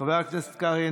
חבר הכנסת קרעי,